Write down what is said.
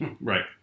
Right